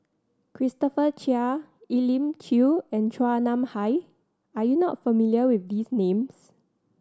Christopher Chia Elim Chew and Chua Nam Hai are you not familiar with these names